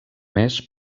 més